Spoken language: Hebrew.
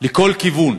לכל כיוון.